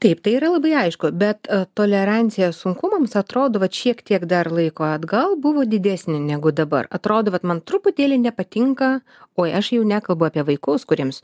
taip tai yra labai aišku bet tolerancija sunkumams atrodo vat šiek tiek dar laiko atgal buvo didesnė negu dabar atrodo vat man truputėlį nepatinka oi aš jau nekalbu apie vaikus kuriems